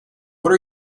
what